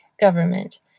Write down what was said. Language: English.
government